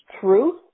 truth